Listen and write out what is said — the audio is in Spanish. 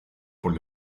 por